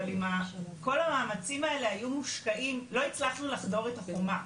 אבל אם כל המאמצים האלה היו מושקעים - לא הצלחנו לחדור את החומה,